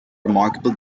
remarkable